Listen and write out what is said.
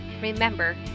Remember